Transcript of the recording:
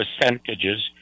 percentages